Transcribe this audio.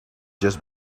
just